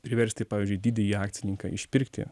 priversti pavyzdžiui didįjį akcininką išpirkti